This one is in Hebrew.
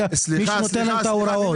אלא מי שנותן להם את ההוראות.